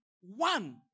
one